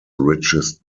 richest